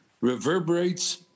reverberates